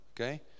okay